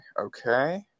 okay